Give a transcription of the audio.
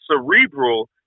cerebral